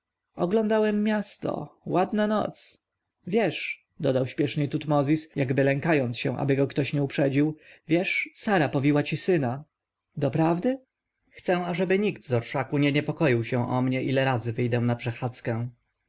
oglądałem miasto ładna noc wiesz dodał spiesznie tutmozis jakby lękając się aby go kto inny nie uprzedził wiesz sara powiła ci syna doprawdy chcę ażeby nikt z orszaku nie niepokoił się o mnie ile razy wyjdę na przechadzkę